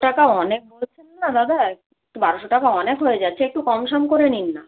টাকা অনেক বলছেন না দাদা বারোশো টাকা অনেক হয়ে যাচ্ছে একটু কম সম করে নিন না